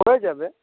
হয়ে যাবে